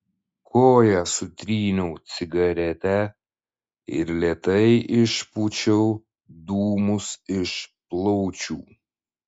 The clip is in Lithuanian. koja sutryniau cigaretę ir lėtai išpūčiau dūmus iš plaučių